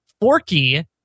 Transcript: Forky